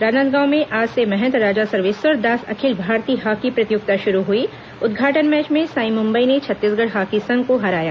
राजनांदगांव में आज से महंत राजा सर्वेश्वर दास अखिल भारतीय हॉकी प्रतियोगिता शुरू हुई उदघाटन मैच में सांई मुंबई ने छत्तीसगढ़ हॉकी संघ को हराया